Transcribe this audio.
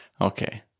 Okay